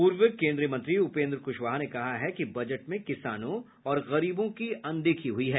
पूर्व केन्द्रीय मंत्री उपेन्द्र कुशवाहा ने कहा है कि बजट में किसानों और गरीबों की अनदेखी की गयी है